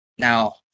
Now